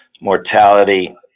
mortality